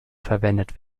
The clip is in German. verwendet